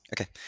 Okay